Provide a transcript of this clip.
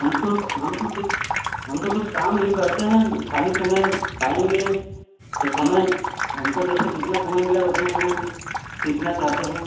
हम को तो हम तो कुछ हम तो कुछ काम भी करते हैं खाली समय पाएँगे तो समय हमको जैसे जितना समय मिलेगा उतने समय में हम कुछ सीखना चाहते हैं